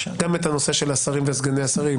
גם את הנושא של השרים וסגני השרים,